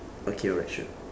okay alright sure